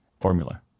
formula